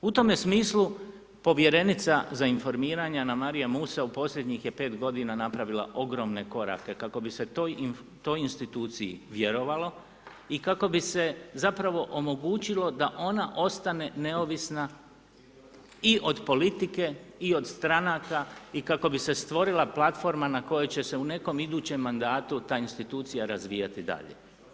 U tome smislu povjerenica za informiranje Anamarija Musa u posljednjih je 5 godina napravila ogromne korake kako bi se toj instituciji vjerovalo i kako bi se zapravo omogućilo da ona ostane neovisna i od politike i od stranaka i kako bi se stvorila platforma na kojoj će se u nekom idućem mandatu ta institucija razvijati dalje.